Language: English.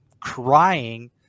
crying